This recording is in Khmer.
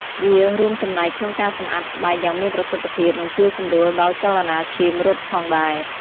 វារួមចំណែកក្នុងការសម្អាតស្បែកយ៉ាងមានប្រសិទ្ធភាពនិងជួយសម្រួលដល់ចលនាឈាមរត់ផងដែរ។